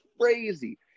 crazy